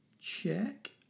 check